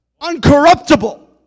uncorruptible